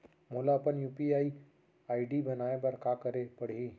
मोला अपन UPI ID बनाए बर का करे पड़ही?